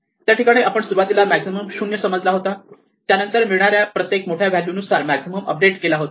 त्या ठिकाणी आपण सुरुवातीला मॅक्झिमम 0 समजला होता त्यानंतर मिळणाऱ्या प्रत्येक मोठ्या व्हॅल्यू नुसार मॅक्झिमम अपडेट केला होता